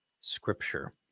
scripture